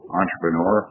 entrepreneur